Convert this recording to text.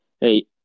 hey